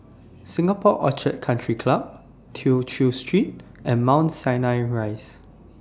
Singapore Orchid Country Club Tew Chew Street and Mount Sinai Rise